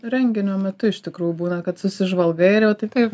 renginio metu iš tikrųjų būna kad susižvalgai ir jau tai taip